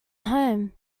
home